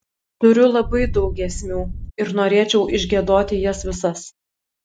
turiu labai daug giesmių ir norėčiau išgiedoti jas visas